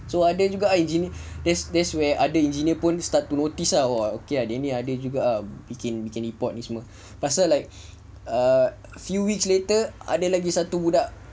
so ada juga lah engine~ there's there's where other engineer pun start to notice ah !wah! dia ni ada juga ah bikin ni bikin ni buat ni semua pasal like a few weeks later ada lagi satu budak